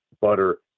butter